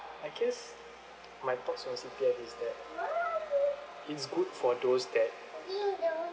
I guess my thoughts on C_P_F is that it's good for those that